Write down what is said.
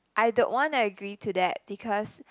I don't wanna agree to that because